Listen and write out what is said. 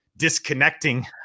Disconnecting